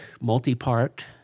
multi-part